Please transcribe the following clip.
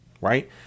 right